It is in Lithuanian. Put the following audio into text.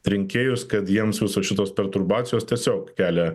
rinkėjus kad jiems visos šitos perturbacijos tiesiog kelia